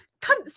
come